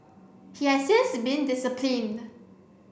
he has since been disciplined